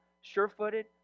sure-footed